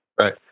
Right